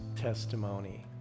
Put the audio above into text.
testimony